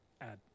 add